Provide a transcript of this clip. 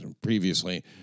previously